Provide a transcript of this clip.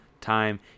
time